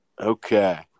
Okay